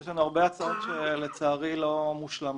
יש לנו הרבה הצעות שלצערי לא מושלמות.